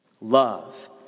Love